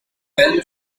well